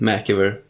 Mciver